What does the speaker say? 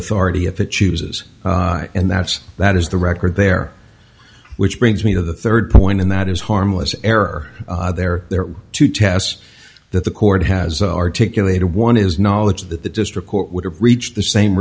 authority if it chooses and that's that is the record there which brings me to the third point and that is harmless error there are two tests that the court has articulated one is knowledge that the district court would have reached the same